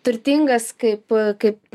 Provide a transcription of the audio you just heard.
turtingas kaip kaip